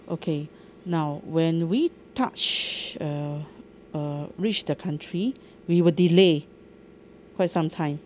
okay now when we touch err uh reach the country we were delay quite some time